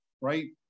right